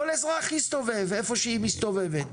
כל אזרח יסתובב איפה שהיא מסתובבת.